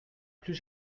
plus